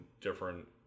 different